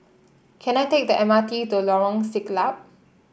can I take the M R T to Lorong Siglap